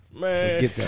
man